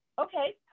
Okay